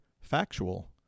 factual